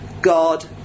God